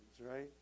right